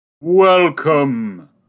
Welcome